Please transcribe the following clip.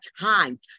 time